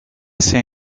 say